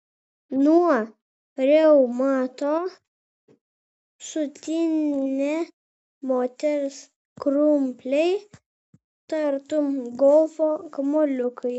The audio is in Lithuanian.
nuo reumato sutinę moters krumpliai tartum golfo kamuoliukai